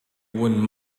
when